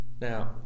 Now